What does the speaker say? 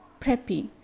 preppy